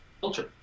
culture